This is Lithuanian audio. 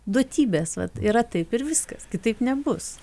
duotybės vat yra taip ir viskas kitaip nebus